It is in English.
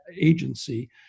agency